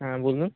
হ্যাঁ বলুন